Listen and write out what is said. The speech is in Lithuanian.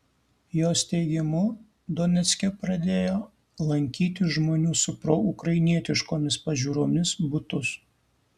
jos teigimu donecke pradėjo lankyti žmonių su proukrainietiškomis pažiūromis butus